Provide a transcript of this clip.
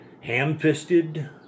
ham-fisted